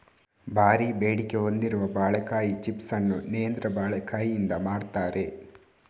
ಭಾರೀ ಬೇಡಿಕೆ ಹೊಂದಿರುವ ಬಾಳೆಕಾಯಿ ಚಿಪ್ಸ್ ಅನ್ನು ನೇಂದ್ರ ಬಾಳೆಕಾಯಿಯಿಂದ ಮಾಡ್ತಾರೆ